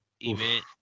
event